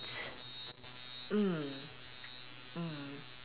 mm mm